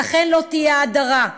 ולכן לא תהיה פה הדרה.